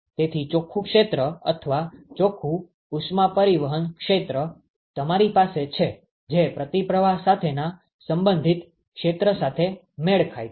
તેથી ચોખ્ખું ક્ષેત્ર અથવા ચોખ્ખું ઉષ્મા પરિવહન ક્ષેત્ર તમારી પાસે છે જે પ્રતિપ્રવાહ સાથેના સંબંધિત ક્ષેત્ર સાથે મેળ ખાય છે